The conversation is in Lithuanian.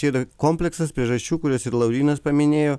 čia yra kompleksas priežasčių kurias ir laurynas paminėjo